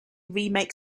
remake